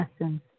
essence